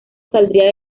saldría